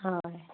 হয়